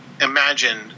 imagine